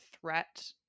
threat